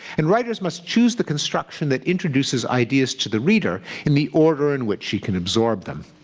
and writers must choose the construction that introduces ideas to the reader in the order in which she can absorb them.